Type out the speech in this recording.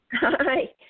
Hi